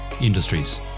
industries